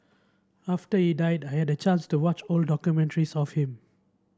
after he died I had the chance to watch old documentaries of him